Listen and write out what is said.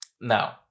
Now